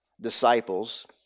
disciples